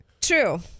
true